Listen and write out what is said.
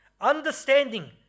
understanding